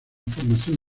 formación